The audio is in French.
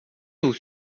vous